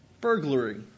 burglary